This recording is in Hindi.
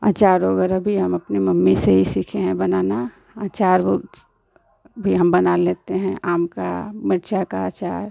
अचार वग़ैरह भी बनाना हम अपनी मम्मी से ही सीखे हैं बनाना अचार भी हम बना लेते हैं आम का मिरचाई का अचार